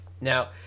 Now